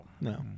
no